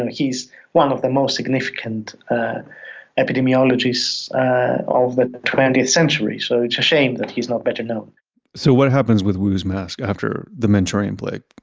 and he's one of the most significant epidemiologists of the twentieth century. so it's a shame that he's not better known so what happens with wu's mask after the manchurian plague?